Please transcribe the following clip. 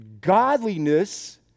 godliness